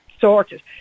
sorted